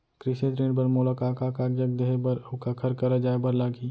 कृषि ऋण बर मोला का का कागजात देहे बर, अऊ काखर करा जाए बर लागही?